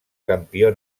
campió